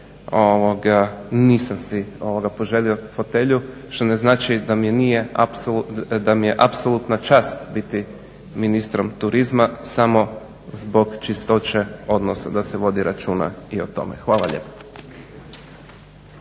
nisam si poželio fotelju što ne znači da mi je apsolutna čast biti ministrom turizma samo zbog čistoće odnosa da se vodi računa i o tome. Hvala lijepa.